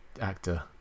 actor